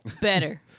Better